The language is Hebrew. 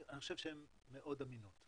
אני חושב שהן מאוד אמינות.